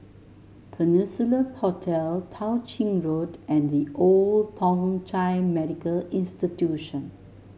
Peninsula Hotel Tao Ching Road and The Old Thong Chai Medical Institution